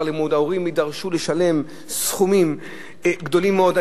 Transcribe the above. לימוד וההורים יידרשו לשלם סכומים גדולים מאוד.